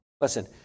listen